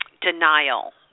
denial